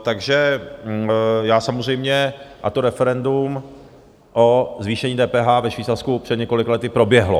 Takže já samozřejmě a to referendum o zvýšení DPH ve Švýcarsku před několika lety proběhlo.